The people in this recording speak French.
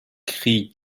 cri